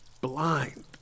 Blind